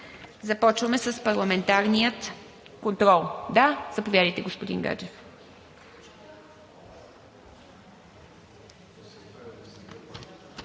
Започваме с парламентарния контрол. Заповядайте, господин Гаджев.